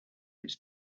its